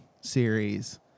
series